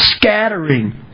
Scattering